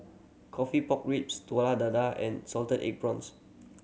coffee pork ribs Telur Dadah and salted egg prawns